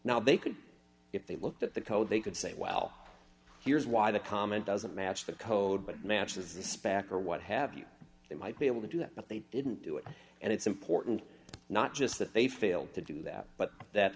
now they could if they looked at the code they could say well here's why the comment doesn't match the code but it matches the spec or what have you they might be able to do that but they didn't do it and it's important not just that they failed to do that but that